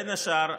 בין השאר,